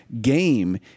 game